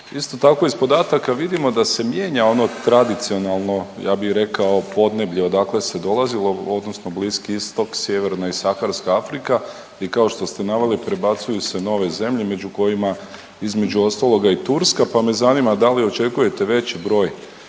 Isto tako iz podataka vidimo da se mijenja ono tradicionalno ja bi rekao podneblje odakle se dolazilo odnosno Bliski Istok, Sjeverna i Saharska Afrika i kao što ste naveli prebacuju se nove zemlje među kojima između ostaloga i Turska, pa me zanima da li očekujete veći broj